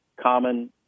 common